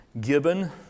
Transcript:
given